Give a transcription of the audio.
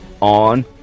on